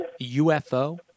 UFO